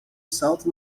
salto